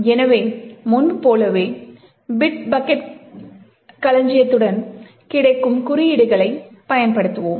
எனவே முன்பு போலவே பிட் பக்கெட் களஞ்சியத்துடன் கிடைக்கும் குறியீடுகளைப் பயன்படுத்துவோம்